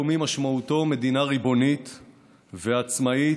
משמעותו מדינה ריבונית ועצמאית,